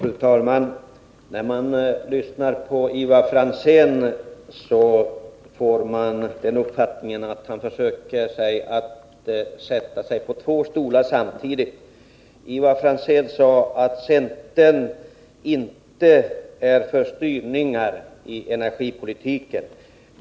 Fru talman! När man lyssnar på Ivar Franzén får man den uppfattningen att han försöker sätta sig på två stolar samtidigt. Ivar Franzén sade att centern inte är för styrningar i energipolitiken.